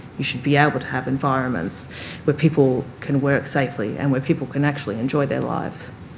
you should be able to have environments where people can work safely and where people can actually enjoy their lives.